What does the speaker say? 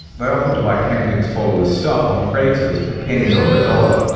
they offered to buy camping's followers' stuff on craigslist for pennies on the dollar.